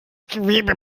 gewebe